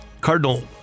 cardinal